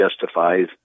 justifies